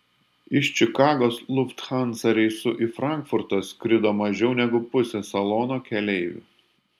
iš čikagos lufthansa reisu į frankfurtą skrido mažiau negu pusė salono keleivių